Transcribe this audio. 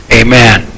amen